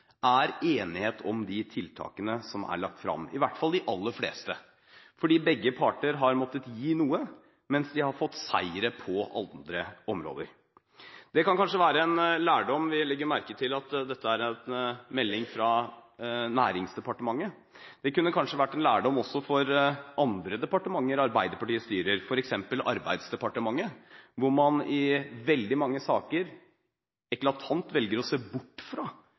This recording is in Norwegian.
er enighet om de tiltakene som er lagt frem – i hvert fall de aller fleste. Begge parter har måttet gi noe, mens de har fått seire på andre områder. Det kan kanskje være en lærdom når vi legger merke til at dette er en proposisjon fra Næringsdepartementet. Det kunne kanskje være en lærdom også for andre departementer Arbeiderpartiet styrer, f.eks. Arbeidsdepartementet, hvor man i veldig mange saker eklatant velger å se bort fra